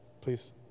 Please